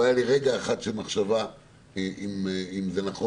לא היה לי רגע אחד של מחשבה אם זה נכון